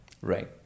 Right